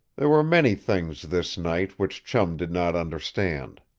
there were many things, this night, which chum did not understand.